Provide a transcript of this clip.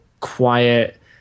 quiet